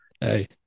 Hey